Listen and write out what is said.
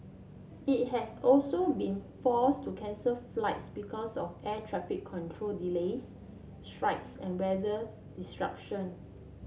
it has also been force to cancel flights because of air traffic control delays strikes and weather disruption